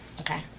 okay